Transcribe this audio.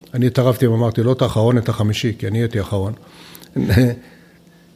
אני התערבתי ואמרתי לא את האחרון את החמישי כי אני הייתי האחרון